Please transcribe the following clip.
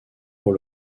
pour